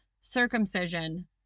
circumcision